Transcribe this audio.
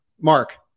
Mark